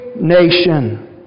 nation